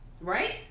Right